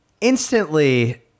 instantly